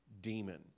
demon